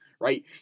right